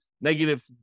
negative